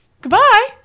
goodbye